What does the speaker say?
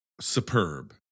superb